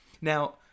Now